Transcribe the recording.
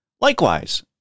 likewise